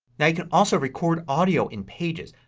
now you can also record audio in pages.